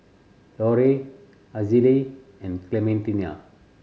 Leroy Azalee and Clementina